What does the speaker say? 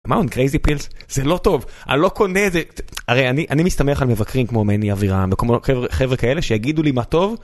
זה לא טוב, אני לא קונה את זה. הרי אני אני מסתמך על מבקרים כמו מני אבירם וכמו חברה כאלה שיגידו לי מה טוב.